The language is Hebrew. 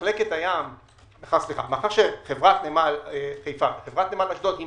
מאחר שחברת נמל אשדוד היא